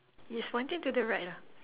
is pointing to the right lah